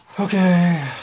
Okay